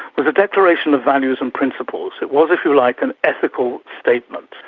was a declaration of values and principles. it was, if you like, an ethical statement.